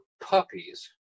puppies